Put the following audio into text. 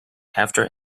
after